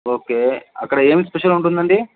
okay అక్కడ ఏం special ఉంటుందండీ